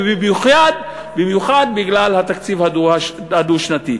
ובמיוחד בגלל התקציב הדו-שנתי.